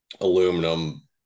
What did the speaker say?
aluminum